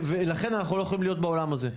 לכן אנחנו לא יכולים להיות בעולם הזה.